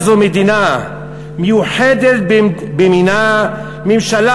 איזו מדינה / איזו מדינה מיוחדת במינה / ממשלה